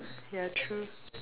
yeah true